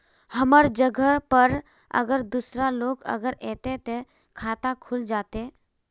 हमर जगह पर अगर दूसरा लोग अगर ऐते ते खाता खुल जते?